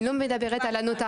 אני לא מדברת על נוטריון.